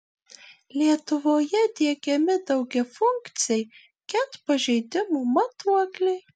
lietuvoje diegiami daugiafunkciai ket pažeidimų matuokliai